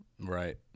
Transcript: Right